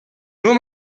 nur